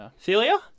Celia